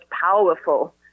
powerful